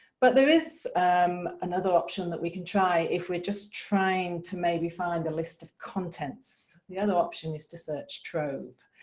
but there is another option that we can try if we're just trying to maybe find a list of contents. the other option is to search trove.